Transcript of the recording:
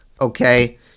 okay